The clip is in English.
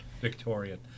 Victorian